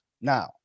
Now